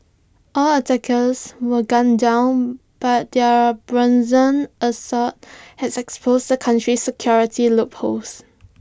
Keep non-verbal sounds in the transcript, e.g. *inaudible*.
all attackers were gunned down but their brazen assault has *unintelligible* exposed the country's security loopholes